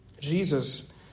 Jesus